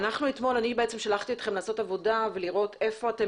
אני שלחתי אתכם אתמול לעשות עבודה ולראות איפה אתם